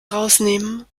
rausnehmen